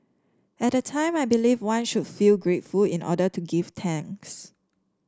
at the time I believed one should feel grateful in order to give thanks